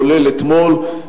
כולל אתמול,